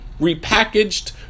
repackaged